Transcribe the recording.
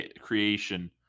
creation